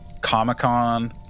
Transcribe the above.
Comic-Con